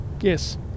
yes